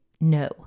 no